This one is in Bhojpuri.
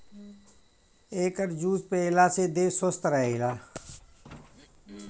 एकर जूस पियला से देहि स्वस्थ्य रहेला